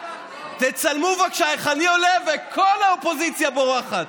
תצלמו בבקשה איך אני עולה וכל האופוזיציה בורחת.